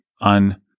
on